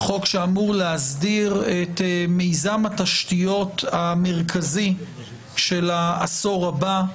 חוק שאמור להסדיר את מיזם התשתיות המרכזי של העשור הבא.